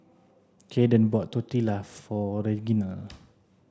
Kaeden bought Tortillas for Reginal